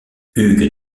hugues